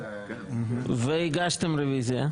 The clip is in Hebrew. והגשתם רוויזיה,